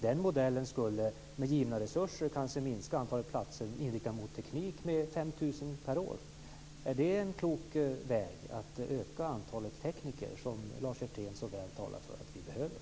Den modellen skulle med givna resurser kanske minska antalet platser med 5 000 per år. Är det en klok väg att öka antalet tekniker, som Lars Hjertén så väl talar om att vi behöver?